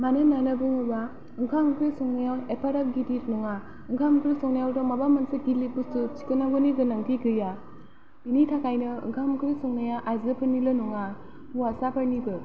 मानो होननानै बुङोब्ला ओंखाम ओंख्रि संनायाव एफाग्राब गिदिर नङा ओंखाम ओंख्रि संनायावथ' माबा मोनसे गिलिर बुस्थु थिखोनांगौनि गोनांथि गैया बिनि थाखायनो ओंखाम ओंख्रि संनाया आइजोफोरनिल' नङा हौवासाफोरनिबो